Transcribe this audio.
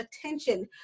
attention